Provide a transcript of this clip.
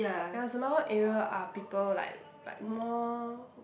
ya Semabawang area are people like like more